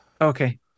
Okay